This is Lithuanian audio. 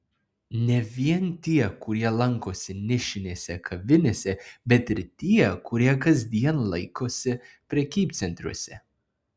ne vien tie kurie lankosi nišinėse kavinėse bet ir tie kurie kasdien laikosi prekybcentriuose